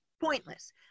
Pointless